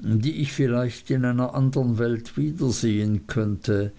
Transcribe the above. die ich vielleicht in einer andern welt wiedersehen könnte